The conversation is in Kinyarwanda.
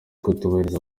kutubahiriza